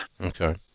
Okay